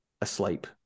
asleep